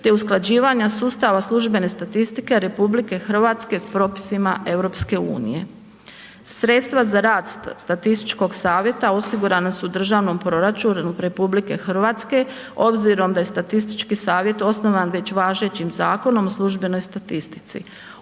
te usklađivanja sustava službene statistike RH s propisima EU. Sredstva za rad statističkog savjeta osigurana su u Državnom proračunu RH obzirom da je statistički savjet osnovan već važećim Zakonom o službenoj statistici.